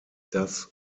das